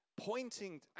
Pointing